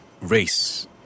race